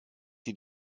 die